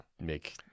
Make